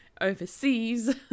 overseas